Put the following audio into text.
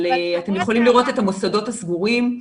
אתם יכולים לראות את המוסדות הסגורים,